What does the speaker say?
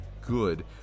good